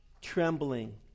trembling